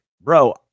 bro